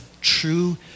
true